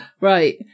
right